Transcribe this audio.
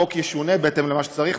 החוק ישונה בהתאם למה שצריך.